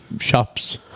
shops